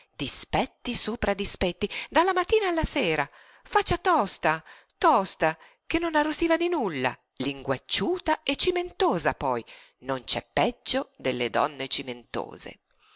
dispetti sopra dispetti dalla mattina alla sera facciaccia tosta che non arrossiva di nulla linguacciuta e cimentosa poi non c'è peggio delle donne cimentose